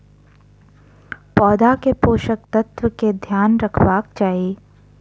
पौधा के पोषक तत्व के ध्यान रखवाक चाही